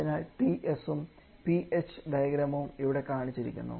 അതിനാൽ Ts ഉം Ph ഡയഗ്രാമും ഇവിടെ കാണിച്ചിരിക്കുന്നു